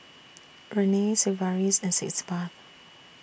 Rene Sigvaris and Sitz Bath